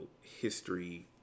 history